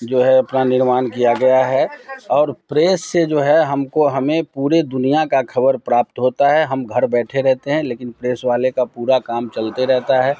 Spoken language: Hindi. जो अपना निर्मान किया गया है और प्रेस जो है हम को हमें पूरी दुनिया की ख़बर प्राप्त होती है हम घर बैठे रहते हैं लेकिन प्रेस वाले का पूरा काम चलते रहता है